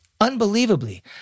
Unbelievably